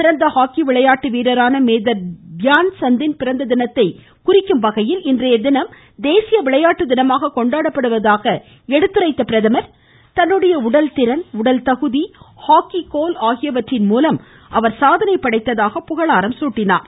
சிறந்த ஹாக்கி விளையாட்டு வீரரான மேஜர் தியான் சந்த் ன் பிறந்த தினத்தை குறிக்கும் வகையில் இன்றைய தினம் தேசிய விளையாட்டு தினமாக கொண்டாடப்படுவதாக எடுத்துரைத்த பிரதமர் தன்னுடைய உடல்திறன் உடல்தகுதி ஹாக்கி கோல் ஆகியவற்றின் மூலம் சாதனை படைத்ததாக புகழாரம் சூட்டினார்